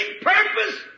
purpose